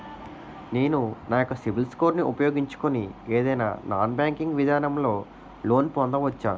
నేను నా యెక్క సిబిల్ స్కోర్ ను ఉపయోగించుకుని ఏదైనా నాన్ బ్యాంకింగ్ విధానం లొ లోన్ పొందవచ్చా?